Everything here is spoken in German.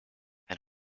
ein